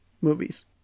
movies